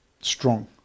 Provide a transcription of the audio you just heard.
Strong